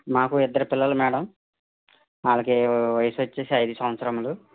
నాకు ఇద్దరు పిల్లలు మేడం వాళ్ళకి వయసు వచ్చి ఐదు సంవత్సరాలు